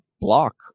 block